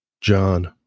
john